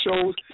shows